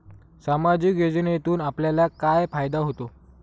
सामाजिक योजनेतून आपल्याला काय फायदा होतो?